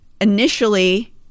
initially